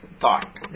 thought